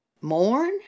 Mourn